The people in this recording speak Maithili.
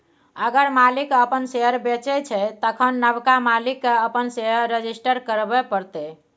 अगर मालिक अपन शेयर बेचै छै तखन नबका मालिक केँ अपन शेयर रजिस्टर करबे परतै